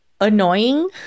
annoying